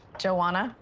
jo-wanna?